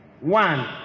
one